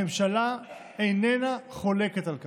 הממשלה איננה חולקת על כך.